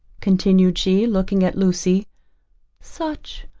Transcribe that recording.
continued she looking at lucy such,